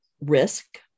risk